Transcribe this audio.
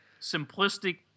simplistic